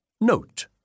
Note